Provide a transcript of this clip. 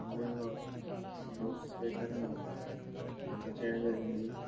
ఆన్లైన్లో బ్లూటూత్ స్పీకర్ని అందచేయడం జరిగింది